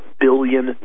billion